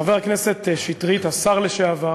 חבר הכנסת שטרית, השר לשעבר,